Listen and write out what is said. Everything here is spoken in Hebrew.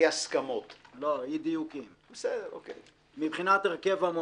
הקמעונאים הצליחו מתום ההסדר להעלות את המרווח הקמעונאי